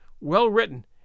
well-written